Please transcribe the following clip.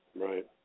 Right